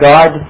God